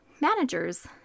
managers